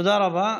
תודה רבה.